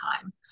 time